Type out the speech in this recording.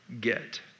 get